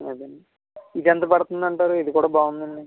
పదండి ఇది ఎంత పడుతుంది అంటారు ఇది కూడా బాగుంది అండి